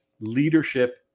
leadership